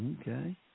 okay